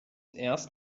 erst